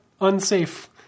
unsafe